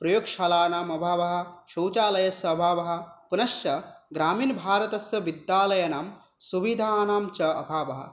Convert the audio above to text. प्रयोगशालानाम् अभावः शौचालयस्य अभावः पुनश्च ग्रामीणभारतस्य विद्यालयनां सुविधानाञ्च अभावः